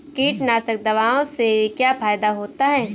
कीटनाशक दवाओं से क्या फायदा होता है?